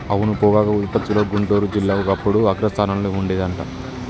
అవును పొగాకు ఉత్పత్తిలో గుంటూరు జిల్లా ఒకప్పుడు అగ్రస్థానంలో ఉండేది అంట